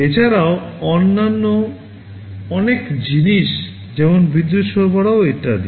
এছাড়াও অন্যান্য অনেক জিনিস যেমন বিদ্যুৎ সরবরাহ ইত্যাদি